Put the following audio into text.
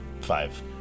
Five